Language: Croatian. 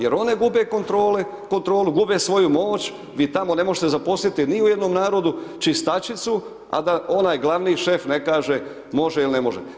Jer one gube kontrole, kontrolu, gube svoju moću, vi tamo ne možete zaposliti ni u jednom narodu čistačicu, a da onaj glavni šef ne kaže može il ne može.